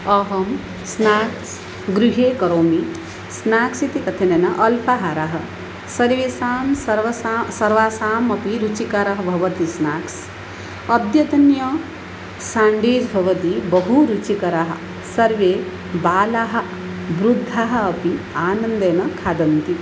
अहं स्न्याक्स् गृहे करोमि स्नाक्स् इति कथनेन अल्पाहाराः सर्वेषां सर्वसां सर्वासाम् अपि रुचिकरः भवति स्नाक्स् अद्यतन साण्डीज़ भवति बहु रुचिकराः सर्वे बालाः वृद्धाः अपि आनन्देन खादन्ति